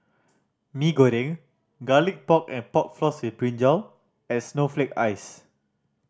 Mee Goreng Garlic Pork and Pork Floss with brinjal and snowflake ice